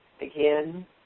Again